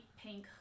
pink